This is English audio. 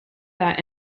that